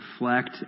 reflect